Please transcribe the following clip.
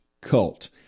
cult